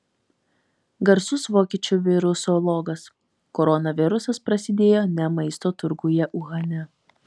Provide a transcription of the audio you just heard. garsus vokiečių virusologas koronavirusas prasidėjo ne maisto turguje uhane